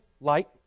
Light